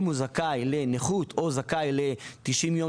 אם הוא זכאי לנכות או אם הוא זכאי ל-90 יום